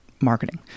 marketing